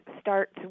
starts